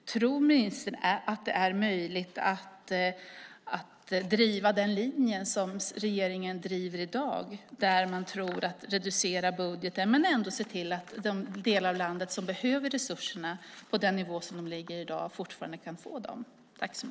Tror ministern att det är möjligt att driva den linje som regeringen i dag driver, där man tror att man kan reducera budgeten men ändå se till att de delar av landet som behöver resurserna på den nivå de ligger på i dag fortfarande kan få dem?